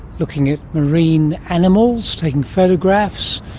looking at marine animals, taking photographs.